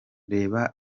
reba